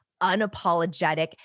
unapologetic